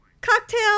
Cocktail